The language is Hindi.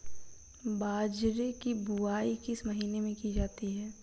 बाजरे की बुवाई किस महीने में की जाती है?